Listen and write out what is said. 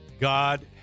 God